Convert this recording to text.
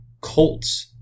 Colts